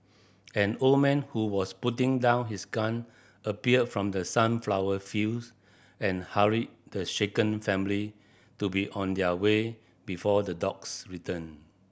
an old man who was putting down his gun appeared from the sunflower fields and hurried the shaken family to be on their way before the dogs return